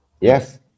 Yes